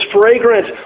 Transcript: fragrant